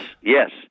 yes